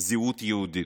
זהות יהודית.